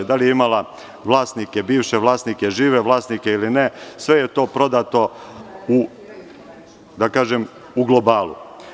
Da li je imala vlasnike, bivše vlasnike, žive vlasnike ili ne, sve je to prodato u, da kažem, globalu.